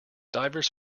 divers